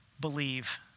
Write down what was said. believe